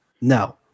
No